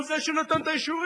הוא זה שנתן את האישורים